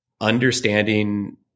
understanding